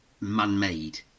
man-made